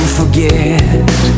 forget